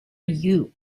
you